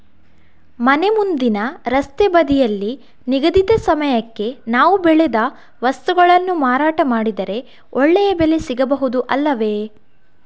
ಮನೆ ಮುಂದಿನ ರಸ್ತೆ ಬದಿಯಲ್ಲಿ ನಿಗದಿತ ಸಮಯಕ್ಕೆ ನಾವು ಬೆಳೆದ ವಸ್ತುಗಳನ್ನು ಮಾರಾಟ ಮಾಡಿದರೆ ಒಳ್ಳೆಯ ಬೆಲೆ ಸಿಗಬಹುದು ಅಲ್ಲವೇ?